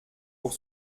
pour